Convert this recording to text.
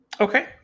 Okay